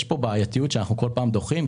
יש פה בעייתיות שאנחנו בכל פעם דוחים.